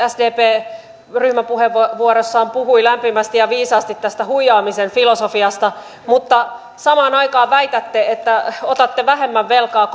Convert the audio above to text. sdp ryhmäpuheenvuorossaan puhui lämpimästi ja viisaasti tästä huijaamisen filosofiasta mutta samaan aikaan väitätte että otatte vähemmän velkaa